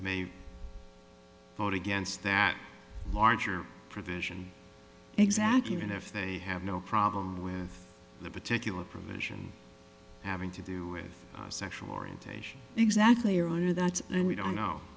may vote against that larger provision exactly even if they have no problem with that particular provision having to do with sexual orientation exactly or that and we don't know